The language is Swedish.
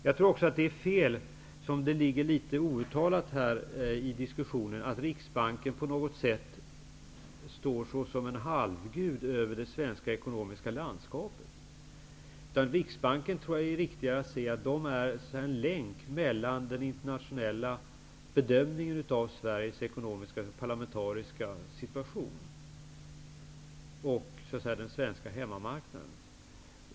Jag tror också att det är fel att, vilket här litet outtalat svävar över debatten, Riksbanken står som en halvgud över det svenska ekonomiska landskapet. Jag tror att det är riktigare att säga att Riksbanken är en länk mellan den internationella bedömningen av Sveriges ekonomiska och parlamentariska situation och den svenska hemmamarknaden.